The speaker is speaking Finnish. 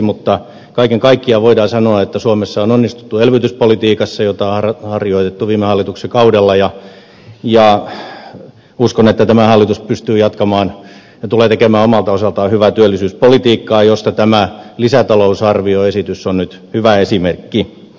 mutta kaiken kaikkiaan voidaan sanoa että suomessa on onnistuttu elvytyspolitiikassa jota on harjoitettu viime hallituskaudella ja uskon että tämä hallitus pystyy jatkamaan ja tulee tekemään omalta osaltaan hyvää työllisyyspolitiikkaa josta tämä lisätalousarvioesitys on nyt hyvä esimerkki